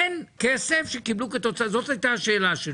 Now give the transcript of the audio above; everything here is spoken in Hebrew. אין כסף שקיבלו כתוצאה זו הייתה השאלה שלו,